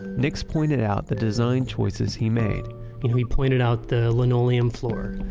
nix pointed out the design choices he made you know he pointed out the linoleum floor.